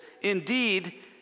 indeed